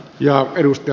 jo perus ja